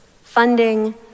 funding